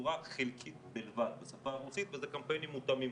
בצורה חלקית בלבד בשפה הרוסית וזה קמפיינים מותאמים,